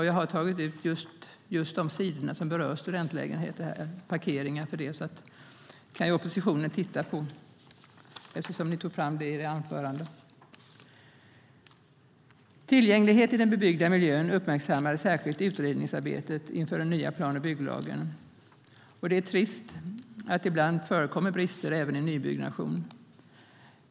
Jag har skrivit ut just de sidor som rör studentlägenheter och parkeringar för dem, så att oppositionen kan titta på dem. Ni tog ju upp detta i era anföranden. Tillgänglighet i den bebyggda miljön uppmärksammades särskilt i utredningsarbetet inför den nya plan och bygglagen. Det är trist att det ibland förekommer brister även i nybyggnation.